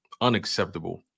unacceptable